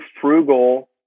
frugal